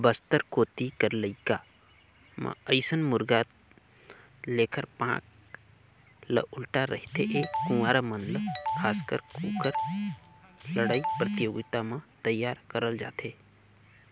बस्तर कोती कर इलाका म अइसन मुरगा लेखर पांख ह उल्टा रहिथे ए कुकरा मन हर खासकर कुकरा लड़ई परतियोगिता बर तइयार करल जाथे